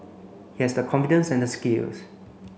he has the confidence and the skills